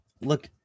look